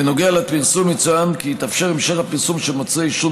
בנוגע לפרסום יצוין כי יתאפשר המשך הפרסום של מוצרי עישון